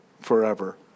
forever